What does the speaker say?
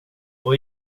och